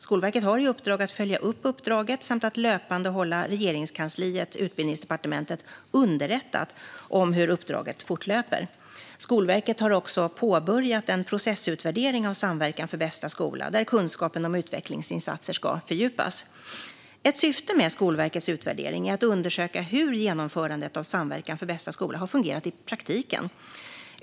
Skolverket har i uppdrag att följa upp uppdraget samt att löpande hålla Regeringskansliet genom Utbildningsdepartementet underrättat om hur uppdraget fortlöper. Skolverket har också påbörjat en processutvärdering av Samverkan för bästa skola, där kunskapen om utvecklingsinsatsen ska fördjupas. Ett syfte med Skolverkets utvärdering är att undersöka hur genomförandet av Samverkan för bästa skola har fungerat i praktiken.